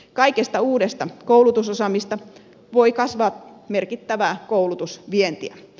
kaikesta uudesta koulutusosaamisesta voi kasvaa merkittävää koulutusvientiä